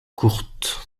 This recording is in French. courte